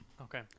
Okay